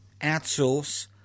outsource